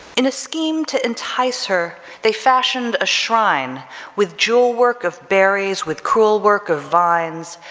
in a scheme to entice her, they fashioned a shrine with jewelwork of berries with cruelwork of vines,